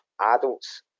adults